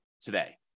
today